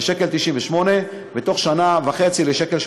מ-1.98 שקל בתוך שנה וחצי ל-1.81 שקל.